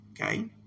Okay